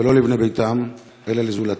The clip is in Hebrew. ולא לבני ביתם אלא לזולתם.